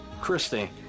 Christy